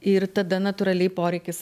ir tada natūraliai poreikis